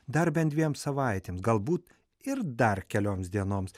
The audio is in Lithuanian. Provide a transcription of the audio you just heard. dar bent dviem savaitėms galbūt ir dar kelioms dienoms